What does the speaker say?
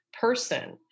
person